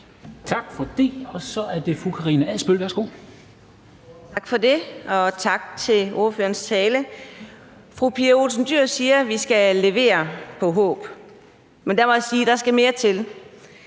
Tak for det, og så er det fru Karina Adsbøl. Værsgo. Kl. 14:35 Karina Adsbøl (DF): Tak for det, og tak for ordførerens tale. Fru Pia Olsen Dyhr siger, at vi skal levere på håb, men der må jeg sige: Der skal mere til.